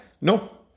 no